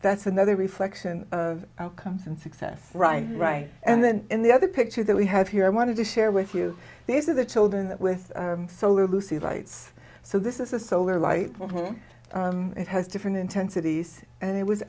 that's another reflection of outcomes and success right right and then in the other picture that we have here i wanted to share with you these are the children with solar who see lights so this is a solar light for whom it has different intensities and it was